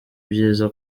byiza